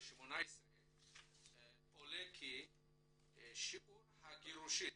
2018 עולה כי שיעור הגירושין